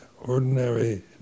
ordinary